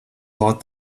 bought